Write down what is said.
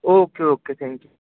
okay okay thank you